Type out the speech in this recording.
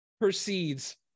proceeds